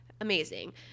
amazing